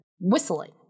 whistling